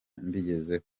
mbigezeho